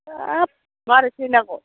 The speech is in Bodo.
हाब मारै फैनांगौ